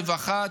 רווחה,